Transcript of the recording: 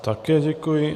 Také děkuji.